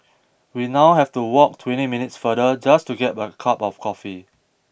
we now have to walk twenty minutes farther just to get a cup of coffee